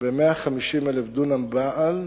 ב-150,000 דונם בעל,